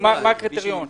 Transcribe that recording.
מה הקריטריון?